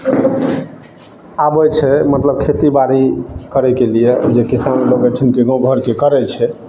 एहि सबमे आबै छै मतलब खेती बाड़ी करैके लिये जे किसान मतलब एहिठिन कोनो गलती करै छै